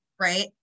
Right